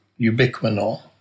ubiquinol